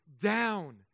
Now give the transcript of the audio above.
down